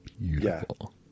beautiful